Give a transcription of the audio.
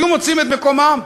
היו מוצאים את מקומם,